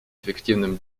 эффективным